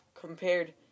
compared